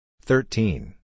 thirteen